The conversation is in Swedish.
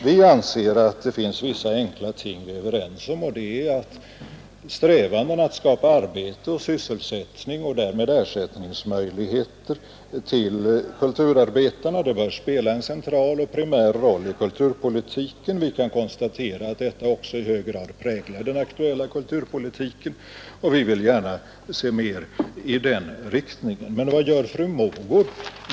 Vi anser att det finns vissa enkla ting vi är överens om, och det är att strävandena att skapa arbete och sysselsättning och därmed ersättningsmöjligheter till kulturarbetarna bör spela en central och primär roll i kulturpolitiken. Vi kan konstatera att detta också i hög grad präglar den aktuella kulturpolitiken, och vi vill gärna se mer i den riktningen. Men vad gör fru Mogård?